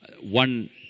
one